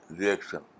reaction